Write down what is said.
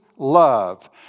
Love